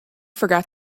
forgot